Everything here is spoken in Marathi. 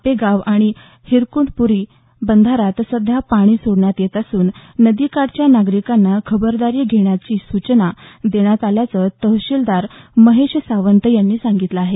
आपेगाव व हिरडपुरी बंधाऱ्यांत सध्या पाणी सोडण्यात येत असून नदीकाठच्या नागरीकांना खबरदारी घेण्याच्या सूचना देण्यात आल्याचं तहसीलदार महेश सावंत यांनी सांगितलं आहे